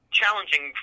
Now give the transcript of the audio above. challenging